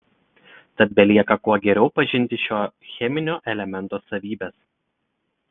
tad belieka kuo geriau pažinti šio cheminio elemento savybes